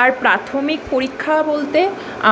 আর প্রাথমিক পরীক্ষা বলতে